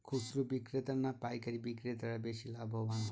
খুচরো বিক্রেতা না পাইকারী বিক্রেতারা বেশি লাভবান হয়?